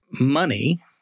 money